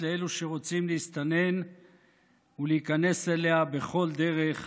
לאלו שרוצים להסתנן ולהיכנס אליה בכל דרך